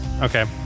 Okay